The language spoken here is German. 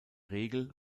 regel